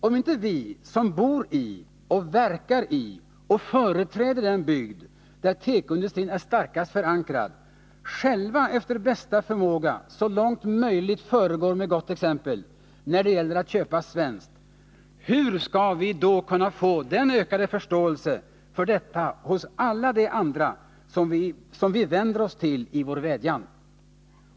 Om inte vi som bor i, verkar i och företräder den bygd där tekoindustrin är starkast förankrad själva efter bästa förmåga så långt det är möjligt föregår med gott exempel när det gäller att köpa svenskt, hur skall vi då kunna få ökad förståelse för detta hos alla de andra som vi vänder oss till i vår vädjan?